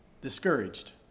discouraged